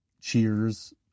cheers